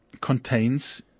contains